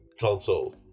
console